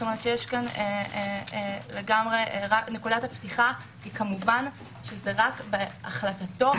כלומר נקודת הפתיחה היא כמובן זה רק להחלטתו,